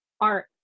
art